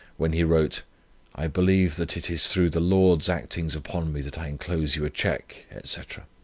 when he wrote i believe that it is through the lord's actings upon me that i enclose you a cheque, and c